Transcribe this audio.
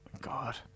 God